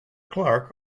clark